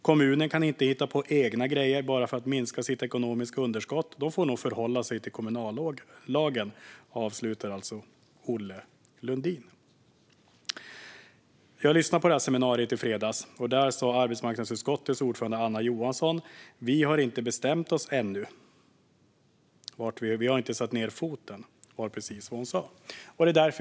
- Kommunen kan inte hitta på egna grejer bara för att minska sitt ekonomiska underskott. De får nog förhålla sig till kommunallagen." Jag lyssnade alltså på ett seminarium i fredags. Där sa arbetsmarknadsutskottets ordförande Anna Johansson: Vi har ännu inte bestämt oss. Vi har inte satt ned foten.